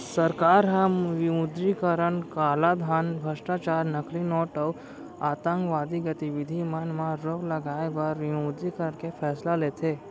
सरकार ह विमुद्रीकरन कालाधन, भस्टाचार, नकली नोट अउ आंतकवादी गतिबिधि मन म रोक लगाए बर विमुद्रीकरन के फैसला लेथे